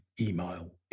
email